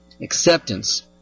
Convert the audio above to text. acceptance